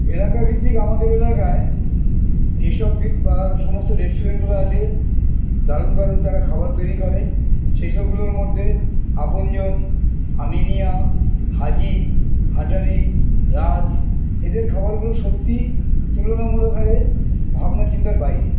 এলাকাভিত্তিক আমাদের এলাকায় যেসব বা সমস্ত রেস্টুরেন্টগুলো আছে দারুণ দারুণ তারা খাবার তৈরি করে সেই সবগুলোর মধ্যে আপনজন আমিনিয়া হাজি হাজারি রাজ এদের খাবারগুলো সত্যি তুলনামূলক হারে ভাবনা চিন্তার বাইরে